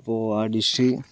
അപ്പോൾ ആ ഡിഷ്